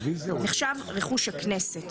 נחשב רכוש הכנסת.